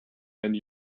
and